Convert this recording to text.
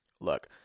Look